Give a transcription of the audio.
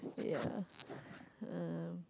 yeah um